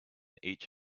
each